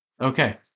Okay